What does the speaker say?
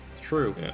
True